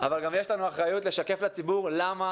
אבל גם יש לנו אחריות לשקף לציבור למה